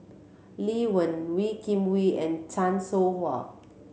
Lee Wen Wee Kim Wee and Chan Soh Ha